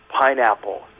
pineapple